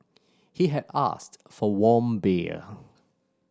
he had asked for warm beer